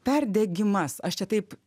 perdegimas aš čia taip